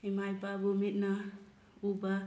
ꯏꯃꯥ ꯏꯄꯥꯕꯨ ꯃꯤꯠꯅ ꯎꯕ